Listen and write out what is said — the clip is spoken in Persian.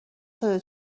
شده